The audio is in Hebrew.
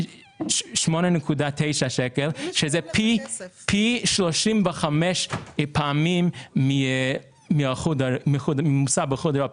היא 8.9 שקלים שזה פי 35 פעמים מאשר באיחוד האירופאי.